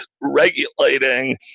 regulating